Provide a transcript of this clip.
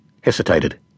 hesitated